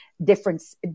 Difference